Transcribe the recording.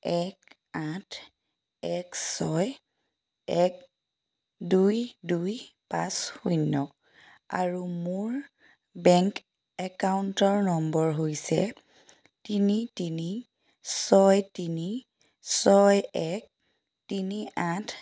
এক আঠ এক ছয় এক দুই দুই পাঁচ শূন্য আৰু মোৰ বেংক একাউণ্টৰ নম্বৰ হৈছে তিনি তিনি ছয় তিনি ছয় এক তিনি আঠ